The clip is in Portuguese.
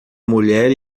mulher